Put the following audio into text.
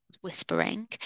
whispering